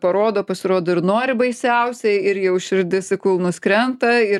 parodo pasirodo ir nori baisiausiai ir jau širdis į kulnus krenta ir